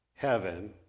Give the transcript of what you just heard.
heaven